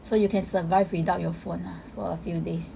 so you can survive without your phone lah for a few days